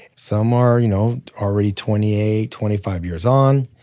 some are, you know, already twenty eight, twenty five years on,